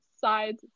Sides